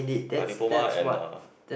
like diploma and uh